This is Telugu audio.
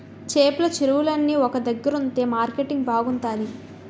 చేపల చెరువులన్నీ ఒక దగ్గరుంతె మార్కెటింగ్ బాగుంతాది